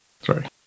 Sorry